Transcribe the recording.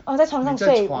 我在船上睡